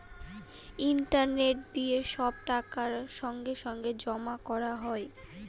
internet দিয়ে সব টাকা সঙ্গে সঙ্গে জমা করা হয়